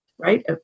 Right